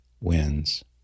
wins